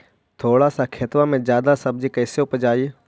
थोड़ा सा खेतबा में जादा सब्ज़ी कैसे उपजाई?